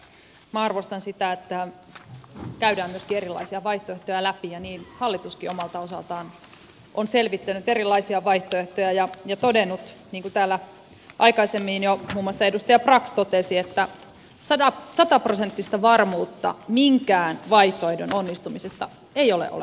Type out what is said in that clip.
minä arvostan sitä että käydään myöskin erilaisia vaihtoehtoja läpi ja niin hallituskin omalta osaltaan on selvittänyt erilaisia vaihtoehtoja ja todennut niin kuin täällä aikaisemmin jo muun muassa edustaja brax totesi että sataprosenttista varmuutta minkään vaihtoehdon onnistumisesta ei ole olemassa